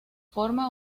forma